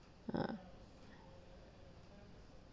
ah